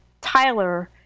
Tyler